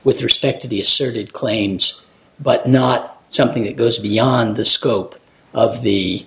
with respect to the asserted claims but not something that goes beyond the scope of the